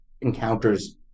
encounters